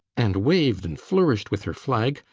and waved and flourished with her flag,